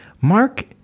Mark